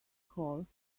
horse